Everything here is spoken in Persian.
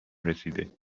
رسیده